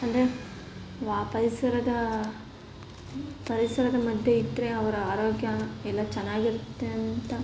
ಅಂದರೆ ಆ ಪರಿಸರದ ಪರಿಸರದ ಮಧ್ಯೆ ಇದ್ದರೆ ಅವರ ಆರೋಗ್ಯ ಎಲ್ಲ ಚೆನ್ನಾಗಿರುತ್ತೆ ಅಂತ